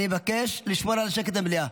אני מבקש לשמור על שקט במליאה.